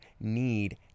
need